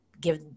give